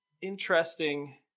interesting